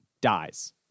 dies